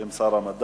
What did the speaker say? בשם שר המדע,